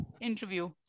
interview